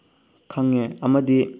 ꯈꯪꯉꯦ ꯑꯃꯗꯤ